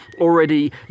already